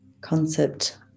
concept